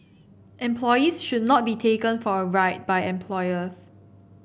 employees should not be taken for a ride by employers